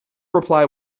reply